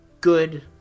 good